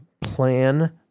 plan